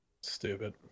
Stupid